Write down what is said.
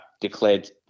declared